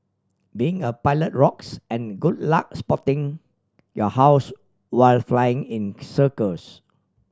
being a pilot rocks and good luck spotting your house while flying in circles